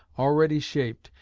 already shaped,